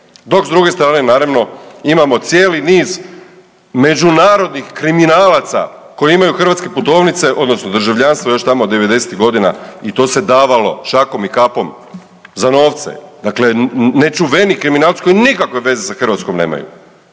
dok s druge strane naravno imamo cijeli niz međunarodnih kriminalaca koji imaju hrvatske putovnice odnosno državljanstvo još tamo od '90.-tih godina i to se davalo šakom i kapom za novce, dakle nečuveni kriminalci koji nikakve veze sa Hrvatskom nemaju.